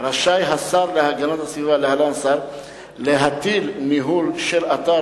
רשאי השר להגנת הסביבה להטיל ניהול של אתר